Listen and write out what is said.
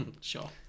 Sure